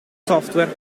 software